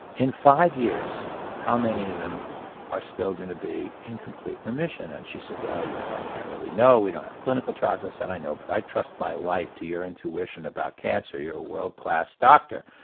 in five years, how many of them are still going to be in complete remission? and she said well, you know, i can't really know, we don't have clinical trials. and i ah said i know, but i trust my life to your intuition about cancer, you're a world-class doctor.